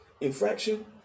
infraction